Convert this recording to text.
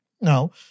no